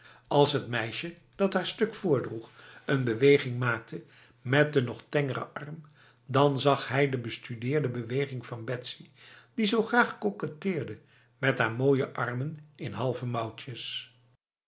als het meisje dat haar stuk voordroeg een beweging maakte met de nog tengere arm dan zag hij de bestudeerde bewegingen van betsy die zo graag koketteerde met haar mooie armen in halve mouwtjes